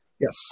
Yes